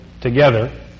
together